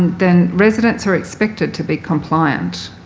then residents are expected to be compliant.